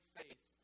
faith